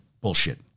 bullshit